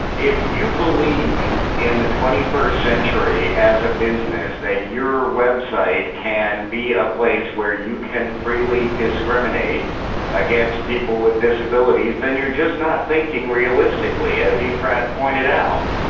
if you believe in the twenty first century, as a business, that your website can be a place where you can freely discriminate against people with disabilities then you're just not thinking realistically, as ephrat pointed out.